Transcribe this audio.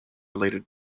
related